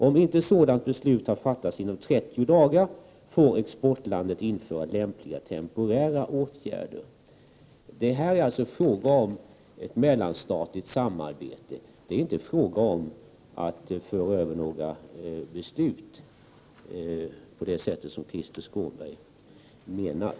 Om inte sådant beslut har fattats inom trettio dagar får exportlandet införa lämpliga temporära åtgärder.” Det är alltså fråga om ett mellanstatligt samarbete och inte om att föra över några beslut på det sätt som Krister Skånberg menar.